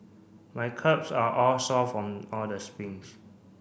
my calves are all sore from all the sprints